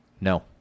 No